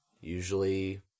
usually